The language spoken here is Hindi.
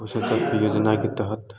पोषन योजना के तहत